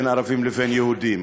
בין ערבים לבין יהודים?